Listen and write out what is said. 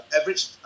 average